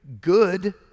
good